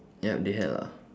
ya they had lah